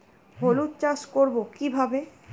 হলুদ চাষ করব কিভাবে?